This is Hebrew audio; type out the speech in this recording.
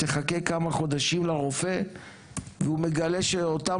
תחכה כמה חודשים לרופא והוא מגלה שאותם